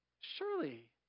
Surely